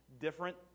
different